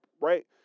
Right